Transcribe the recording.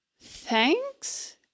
Thanks